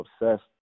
obsessed